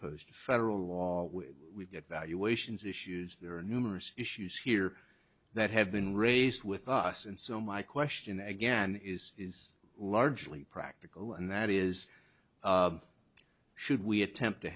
opposed to federal law we've got valuations issues there are numerous issues here that have been raised with us and so my question again is is largely practical and that is should we attempt to